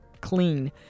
clean